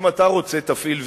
אם אתה רוצה, תפעיל וישרים,